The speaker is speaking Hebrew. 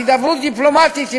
הדיפלומטית,